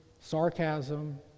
sarcasm